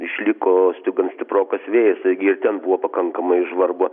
išlikosti gan stiprokas vėjas taigi ir ten buvo pakankamai žvarbu